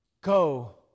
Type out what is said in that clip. go